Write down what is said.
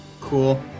Cool